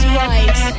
right